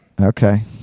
Okay